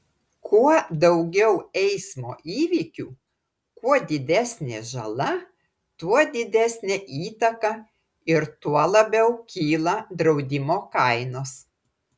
kuo daugiau eismo įvykių kuo didesnė žala tuo didesnė įtaka ir tuo labiau kyla draudimo kainos